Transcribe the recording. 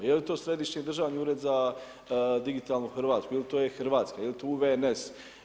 Je li to Središnji državni ured za digitalnu Hrvatsku, je li to e-Hrvatska, je li to UVNS?